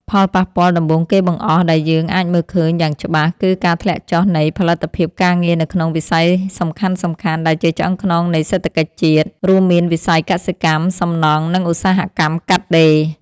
ផលប៉ះពាល់ដំបូងគេបង្អស់ដែលយើងអាចមើលឃើញយ៉ាងច្បាស់ គឺការធ្លាក់ចុះនៃផលិតភាពការងារនៅក្នុងវិស័យសំខាន់ៗដែលជាឆ្អឹងខ្នងនៃសេដ្ឋកិច្ចជាតិ រួមមានវិស័យកសិកម្ម សំណង់ និងឧស្សាហកម្មកាត់ដេរ។